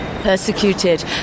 Persecuted